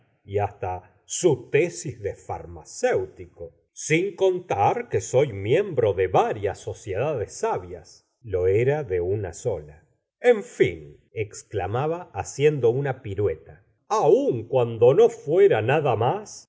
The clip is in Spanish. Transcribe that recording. estadística y hasta su tesis de farmacéutico sin contar que soy miem gustavo flaubert bro de varias sociedades sabias lo era de una sola en fin exclamaba haciendo una piructa aun cuando no fuera nada mas